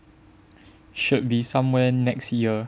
should be somewhere next year